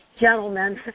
gentlemen